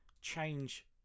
change